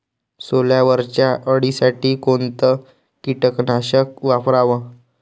सोल्यावरच्या अळीसाठी कोनतं कीटकनाशक वापराव?